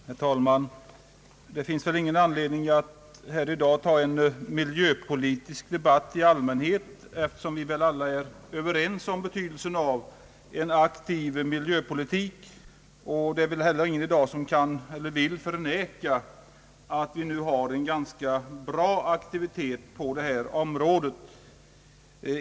Herr talman! Det finns ingen anledning att i dag ta upp en miljöpolitisk debatt i allmänhet, eftersom vi väl alla är överens om betydelsen av en aktiv miljöpolitik. Jag tror att ingen i dag kan eller vill förneka att vi nu har en ganska bra aktivitet på detta område.